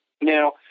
Now